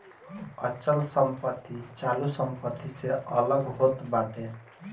अचल संपत्ति चालू संपत्ति से अलग होत बाटे